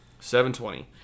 720